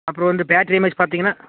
அப்பறம் வந்து battery M A H பார்த்தீங்கன்னா